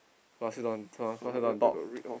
who ask you don't want who ask you don't want talk